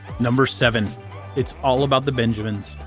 number seven it's all about the benjamins.